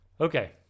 Okay